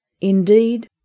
Indeed